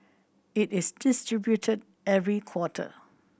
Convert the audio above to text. it is distributed every quarter